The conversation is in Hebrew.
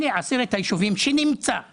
אלה עשרת הישובים שנמצאו